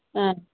ꯑꯥ